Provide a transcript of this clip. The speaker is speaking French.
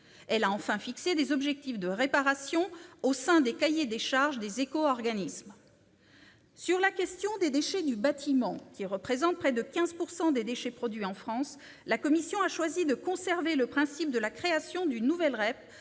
Elle a enfin fixé des objectifs de réparation au sein des cahiers des charges des éco-organismes. Sur la question des déchets du bâtiment, qui représentent près de 15 % des déchets produits en France, la commission a choisi de conserver le principe de la création d'une nouvelle REP